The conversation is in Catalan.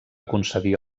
concedir